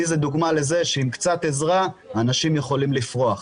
אני דוגמה לזה שעם קצת עזרה אנשים יכולים לפרוח.